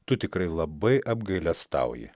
tu tikrai labai apgailestauji